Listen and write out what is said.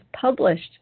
published